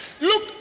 look